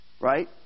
Right